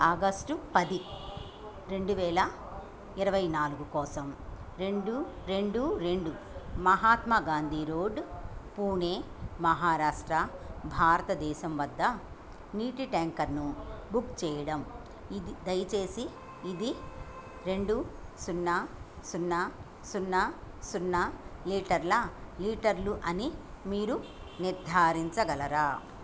August పది రెండు వేల ఇరవై నాలుగు కోసం రెండు రెండు రెండు మహాత్మా గాంధీ రోడ్ పూణే మహారాష్ట భారతదేశం వద్ద నీటి ట్యాంకర్ను బుక్ చేయడం దయచేసి ఇది రెండు సున్నా సున్నా సున్నా సున్నా లీటర్ల లీటర్లు అని మీరు నిర్ధారించగలరా